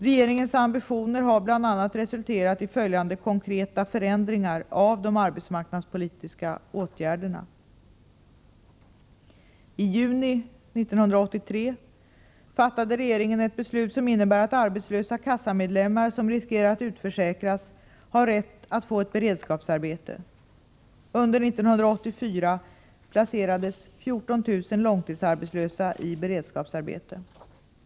Regeringens ambitioner har bl.a. resulterat i följande konkreta förändringar av de arbetsmarknadspolitiska åtgärderna: e I juni 1983 fattade regeringen ett beslut som innebär att arbetslösa kassamedlemmar som riskerar att utförsäkras har rätt att få ett beredskapsarbete. Under år 1984 placerades 14 000 långtidsarbetslösa i beredskapsarbete.